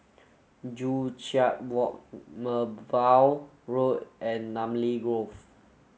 Joo Chiat Walk Merbau Road and Namly Grove